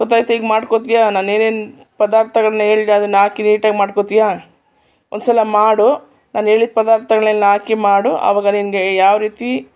ಗೊತ್ತಾಯ್ತು ಈಗ ಮಾಡ್ಕೊಳ್ತೀಯಾ ನಾನು ಏನೇನು ಪದಾರ್ಥಗಳನ್ನ ಹೇಳಿದೆ ಅದನ್ನ ಹಾಕಿ ನೀಟಾಗಿ ಮಾಡ್ಕೊಳ್ತ್ಯಾ ಒಂದ್ಸಲ ಮಾಡು ನಾನು ಹೇಳಿದ ಪದಾರ್ಥಗಳೆಲ್ಲ ಹಾಕಿ ಮಾಡು ಅವಾಗ ನಿನಗೆ ಯಾವ ರೀತಿ